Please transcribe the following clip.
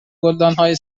گلدانهای